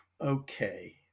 okay